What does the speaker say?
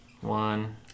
One